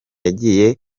yagiye